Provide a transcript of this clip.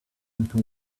into